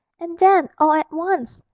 and then all at once,